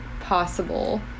possible